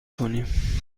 کنیم